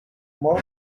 more